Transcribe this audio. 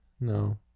No